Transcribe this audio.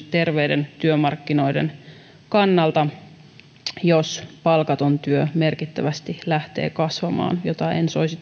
terveiden työmarkkinoiden kannalta jos palkaton työ merkittävästi lähtee kasvamaan mitä en soisi